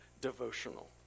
devotional